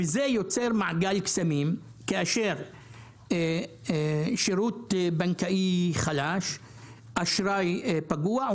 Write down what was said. וזה יוצר מעגל קסמים: כאשר השירות הבנקאי חלש והאשראי פגוע,